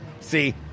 See